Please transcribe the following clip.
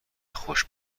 خوش